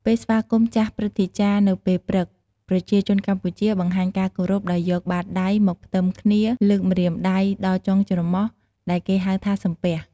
ពេលស្វាគមន៍ចាស់ព្រឹទ្ធាចារ្យនៅពេលព្រឹក ប្រជាជនកម្ពុជាបង្ហាញការគោរពដោយយកបាតដៃមកផ្អិបគ្នា លើកម្រាមដៃដល់ចុងច្រមុះ ដែលគេហៅថា «សំពះ»។